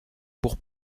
bourre